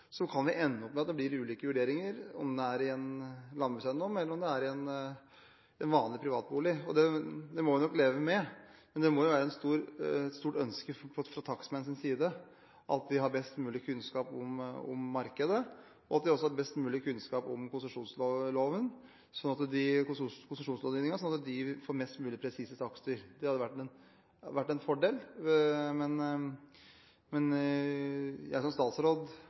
Så lenge det er private takstmenn som gjør vurderingene, kan vi ende opp med at det blir ulike vurderinger, enten det er en landbrukseiendom eller en vanlig privatbolig. Det må vi nok leve med. Men det må jo være et stort ønske fra takstmennenes side at de har best mulig kunnskap om markedet, og at de også har best mulig kunnskap om konsesjonslovgivningen, sånn at de får mest mulig presise takster. Det hadde vært en fordel, men jeg som statsråd